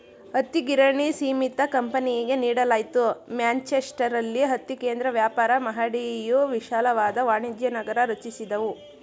ಹತ್ತಿಗಿರಣಿ ಸೀಮಿತ ಕಂಪನಿಗೆ ನೀಡಲಾಯ್ತು ಮ್ಯಾಂಚೆಸ್ಟರಲ್ಲಿ ಹತ್ತಿ ಕೇಂದ್ರ ವ್ಯಾಪಾರ ಮಹಡಿಯು ವಿಶಾಲವಾದ ವಾಣಿಜ್ಯನಗರ ರಚಿಸಿದವು